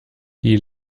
die